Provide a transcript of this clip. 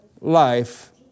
life